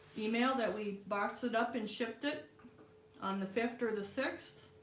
email that we box it up and shipped it on the fifth or the sixth